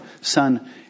Son